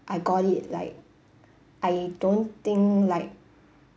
I got it like I don't think like